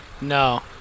No